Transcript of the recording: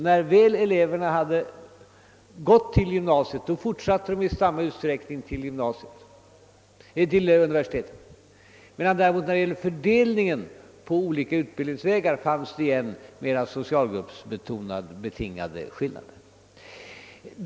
När eleverna väl hade gått igenom gymnasiet fortsatte de i samma utsträckning till universiteten. När det gäller fördelningen på olika utbildningsvägar fanns det alltså en mera social gruppsbetonad skillnad.